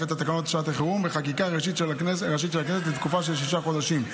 את תקנות שעת החירום בחקיקה ראשית של הכנסת לתקופה של שישה חודשים.